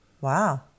Wow